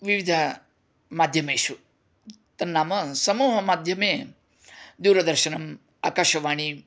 विविध माध्यमेषु तन्नाम समूहमाध्यमे दूरदर्शनम् आकाशवाणीं